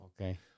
Okay